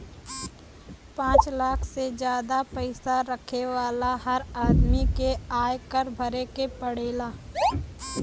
पांच लाख से जादा पईसा रखे वाला हर आदमी के आयकर भरे के पड़ेला